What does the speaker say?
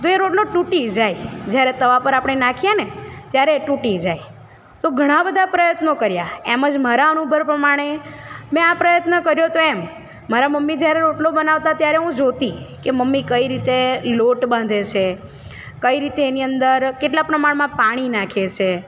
તો એ રોટલો તૂટી જાય જ્યારે તવા પર આપણે નાખીએ ને ત્યારે તૂટી જાય તો ઘણા બધા પ્રયત્નો કર્યા એમ જ મારા અનુભવ પ્રમાણે મેં આ પ્રયત્ન કર્યો તો એમ મારાં મમ્મી જયારે રોટલો બનાવતાં ત્યારે હું જોતી કે મમ્મી કઈ રીતે લોટ બાંધે છે કઈ રીતે એની અંદર કેટલાં પ્રમાણમાં પાણી નાખે છે